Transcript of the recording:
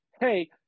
hey